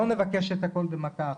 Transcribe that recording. לא נבקש את הכל במכה אחת.